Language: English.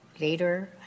later